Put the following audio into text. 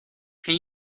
can